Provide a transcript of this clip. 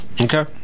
Okay